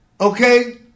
okay